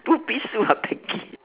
one piece suit or bikini